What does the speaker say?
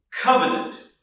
covenant